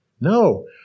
No